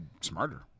smarter